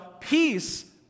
peace